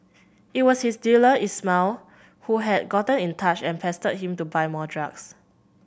it was his dealer Ismail who had gotten in touch and pestered him to buy more drugs